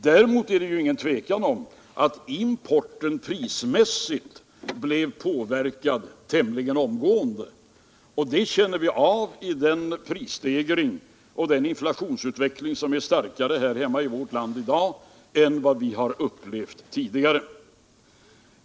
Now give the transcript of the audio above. Däremot råder det ingen tvekan om att importen prismässigt blev påverkad tämligen omgående, vilket vi känner av genom den prisstegring och inflationsutveckling som är starkare här hemma i vårt land i dag än vi har upplevt tidigare.